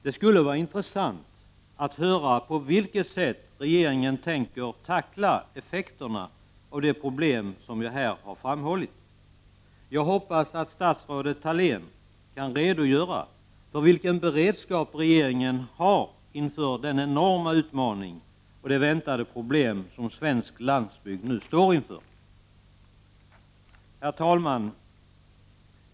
Det skulle vara intressant att höra på vilket sätt regeringen tänker tackla effekterna av de problem jag här har pekat på. Jag hoppas att statsrådet Thalén kan redovisa vilken beredskap regeringen har inför den enorma utmaning och de problem som svensk landsbygd står inför. Herr talman!